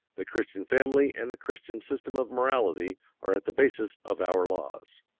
the christian family and the christian system of morality are at the basis of our laws.